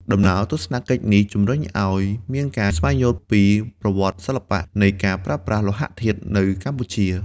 ដំណើរទស្សនកិច្ចនេះជំរុញឱ្យមានការស្វែងយល់ពី ប្រវត្តិសិល្បៈ នៃការប្រើប្រាស់លោហធាតុនៅកម្ពុជា។